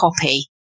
copy